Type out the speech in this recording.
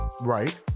right